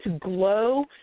glow